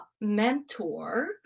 mentor